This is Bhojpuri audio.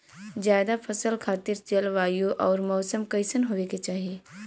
जायद फसल खातिर जलवायु अउर मौसम कइसन होवे के चाही?